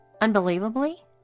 Unbelievably